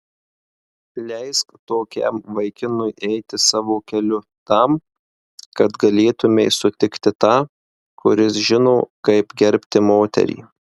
leisk tokiam vaikinui eiti savo keliu tam kad galėtumei sutikti tą kuris žino kaip gerbti moterį